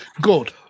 Good